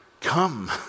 Come